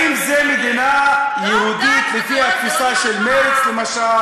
האם זו מדינה יהודית לפי התפיסה של מרצ, למשל,